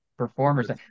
performers